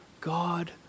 God